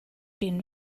being